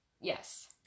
Yes